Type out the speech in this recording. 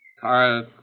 Kara